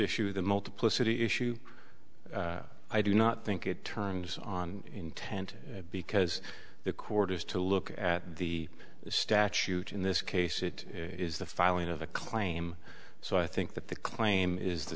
issue the multiplicity issue i do not think it turns on intent because the court has to look at the statute in this case it is the filing of a claim so i think that the claim is the